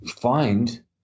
find